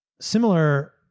similar